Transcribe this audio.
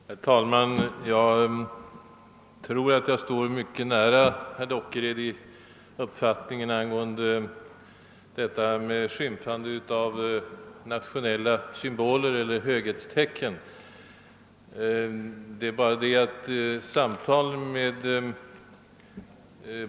Herr talman! Jag tror att min uppfattning angående skymfande av nationella symboler eller höghetstecken ligger mycket nära herr Dockereds.